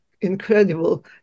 incredible